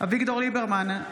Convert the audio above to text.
אביגדור ליברמן,